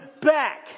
back